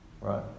right